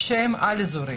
שהם על-אזורי,